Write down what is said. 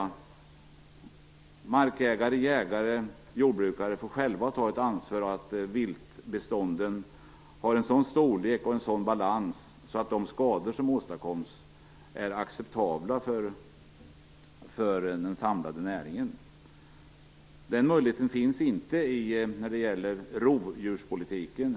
Markägare, jägare och jordbrukare får alltså själva ta ett ansvar för att viltbestånden har en sådan storlek och en sådan balans att de skador som uppstår är acceptabla för den samlade näringen. Den möjligheten finns inte när det gäller rovdjurspolitiken.